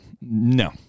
no